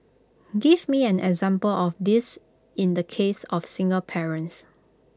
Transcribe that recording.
give me an example of this in the case of single parents